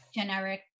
generic